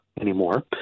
anymore